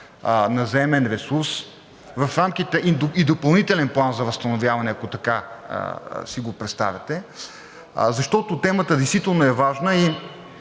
на заемен ресурс и допълнителен План за възстановяване, ако така си го представяте, защото темата действително е важна и